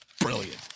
brilliant